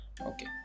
Okay